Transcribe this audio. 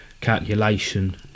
calculation